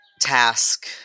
task